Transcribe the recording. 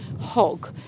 hog